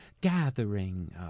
gathering